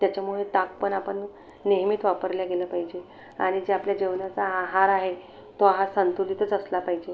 त्याच्यामुळे ताकपण आपण नेहमीत वापरलं गेलं पाहिजे आणि जे आपल्या जेवणाचा आहार आहे तो आहार संतुलितच असला पाहिजे